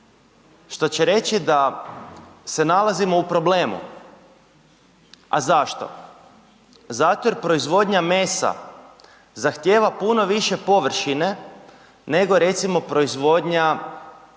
što će reći da se nalazimo u problemu. A zašto? Zato jer proizvodnja mesa zahtijeva puno više površine nego recimo proizvodnja